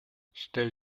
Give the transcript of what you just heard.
stell